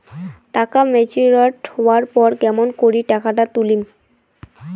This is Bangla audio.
টাকা ম্যাচিওরড হবার পর কেমন করি টাকাটা তুলিম?